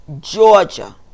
Georgia